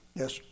yes